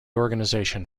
organisation